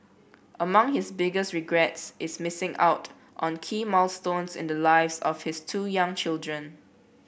among his biggest regrets is missing out on key milestones in the lives of his two young children